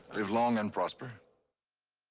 live long and prosper